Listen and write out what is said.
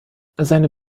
seine